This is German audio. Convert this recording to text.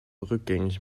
rückgängig